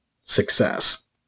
success